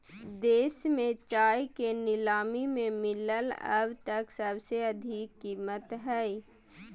देश में चाय के नीलामी में मिलल अब तक सबसे अधिक कीमत हई